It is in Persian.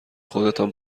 خودتان